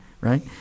right